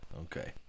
Okay